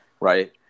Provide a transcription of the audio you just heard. Right